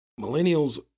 millennials